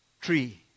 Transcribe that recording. tree